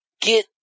Get